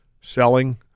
selling